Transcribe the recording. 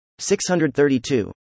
632